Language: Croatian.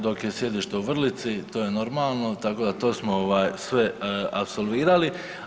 Dok je sjedište u Vrlici to je normalno, tako da to smo sve apsolvirali.